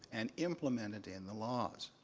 and implemented in the laws.